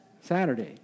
Saturday